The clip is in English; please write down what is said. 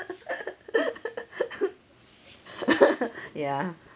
ya